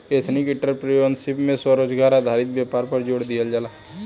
ethnic entrepreneurship में स्वरोजगार आधारित व्यापार पर जोड़ दीहल जाला